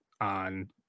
on